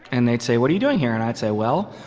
and they'd say, what are you doing here? and i'd say, well,